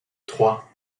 trois